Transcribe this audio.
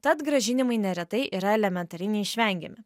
tad grąžinimai neretai yra elementariai neišvengiami